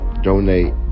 donate